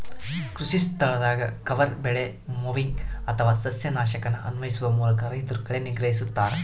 ಕೃಷಿಸ್ಥಳದಾಗ ಕವರ್ ಬೆಳೆ ಮೊವಿಂಗ್ ಅಥವಾ ಸಸ್ಯನಾಶಕನ ಅನ್ವಯಿಸುವ ಮೂಲಕ ರೈತರು ಕಳೆ ನಿಗ್ರಹಿಸ್ತರ